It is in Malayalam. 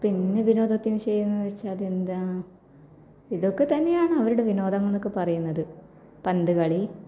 പിന്നെ വിനോദത്തിന് ചെയ്യുന്നത് വെച്ചാലെന്താ ഇതൊക്കെ തന്നെയാണ് അവരുടെ വിനോദങ്ങളെന്നൊക്കെ പറയുന്നത് പന്ത് കളി